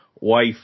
wife